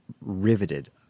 riveted